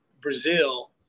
Brazil